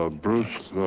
ah bruce,